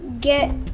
get